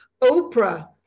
Oprah